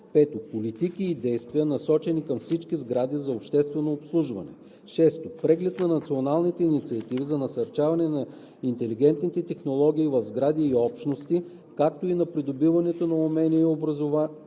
5. политики и действия, насочени към всички сгради за обществено обслужване; 6. преглед на националните инициативи за насърчаване на интелигентните технологии в сгради и общности, както и на придобиването на умения и образование